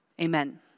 Amen